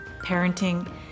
parenting